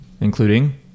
including